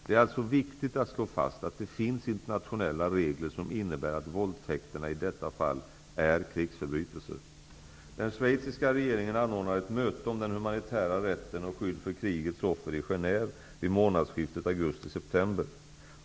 Det är alltså viktigt att slå fast att det finns internationella regler som innebär att våldtäkterna i detta fall är krigsförbrytelser. Den schweiziska regeringen anordnar ett möte om den humanitära rätten och skydd för krigets offer i Genève vid månadsskiftet augusti/september.